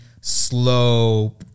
slow